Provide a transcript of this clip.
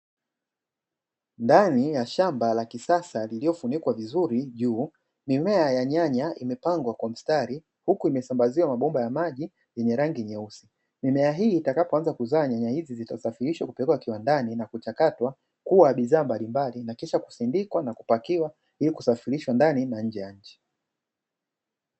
Ndani ya shamba la kisasa lililo funikwa vizuri juu, mimea ya nyanya imepangwa kwa mstari huku imesambaziwa mabomba ya maji yenye rangi nyeusi, mimea hii itakapoanza kuzaa nyanya hizi zitasafirishwa kupelekwa kiwandani na kuchakatwa kuwa bidhaa mbalimbali na kisha kusindikwa na kupakiwa ili kusafirishwa ndani na nje ya nchi.